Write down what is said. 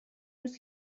روز